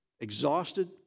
exhausted